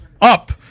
Up